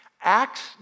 Acts